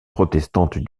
protestante